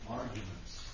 arguments